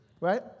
right